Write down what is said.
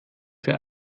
für